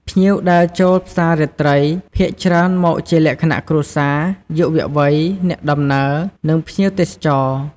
ភ្ញៀវដែលចូលផ្សាររាត្រីភាគច្រើនមកជាលក្ខណៈគ្រួសារ យុវវ័យ អ្នកដំណើរ និងភ្ញៀវទេសចរ។